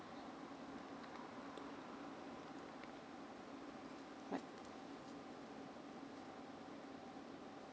alright